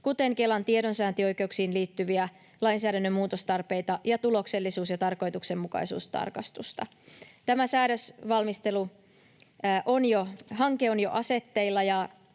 kuten Kelan tiedonsaantioikeuksiin liittyviä lainsäädännön muutostarpeita ja tuloksellisuus- ja tarkoituksenmukaisuustarkastusta. Tämä säädösvalmisteluhanke on jo asetteilla,